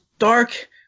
dark